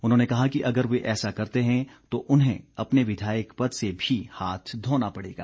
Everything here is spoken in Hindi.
उन्होंने कहा कि अगर वे ऐसा करते हैं तो उन्हें अपने विधायक पद से भी हाथ धोना पड़ेगा